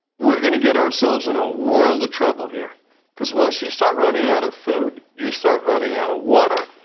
we are going to get ourselves in a world of trouble here because once you start running out of food, you start running out of water.